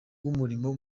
w’umurimo